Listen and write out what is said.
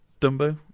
Dumbo